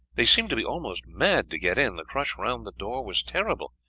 they seemed to be almost mad to get in. the crush round the door was terrible,